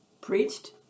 preached